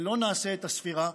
ולא נעשה את הספירה,